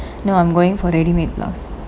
no I'm going for ready-made blouse